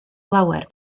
lawer